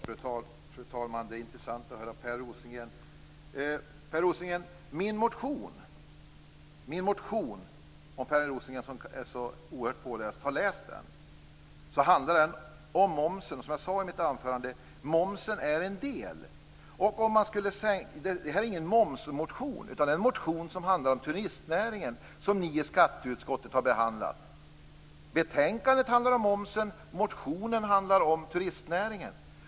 Fru talman! Det är intressant att höra Per Rosengren. Om Per Rosengren, som är så oerhört påläst, har läst min motion vet han att den bl.a. handlar om momsen. Som jag sade i mitt anförande är momsen en del. Det är ingen momsmotion, utan det är en motion som handlar om turistnäringen som ni i skatteutskottet har behandlat. Betänkandet handlar om momsen. Motionen handlar om turistnäringen.